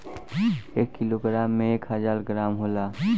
एक किलोग्राम में एक हजार ग्राम होला